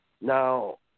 Now